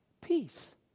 peace